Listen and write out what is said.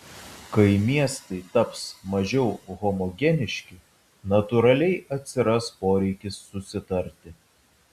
kai miestai taps mažiau homogeniški natūraliai atsiras poreikis susitarti